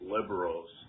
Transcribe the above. liberals